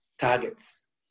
targets